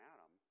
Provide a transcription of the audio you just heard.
Adam